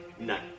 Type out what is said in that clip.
Night